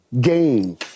game